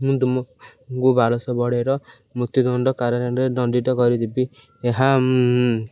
ମୁଁ ତୁମକୁ ବାର ଶହ ବଢ଼ର ମୃତ୍ୟୁଦଣ୍ଡ କାରଣରେ ଦଣ୍ଡିତ କରିଦେବି ଏହା